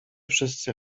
wszyscy